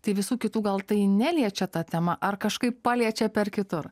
tai visų kitų gal tai neliečia ta tema ar kažkaip paliečia per kitur